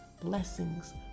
blessings